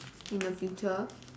in the future